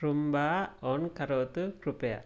रुम्बा आन् करोतु कृपया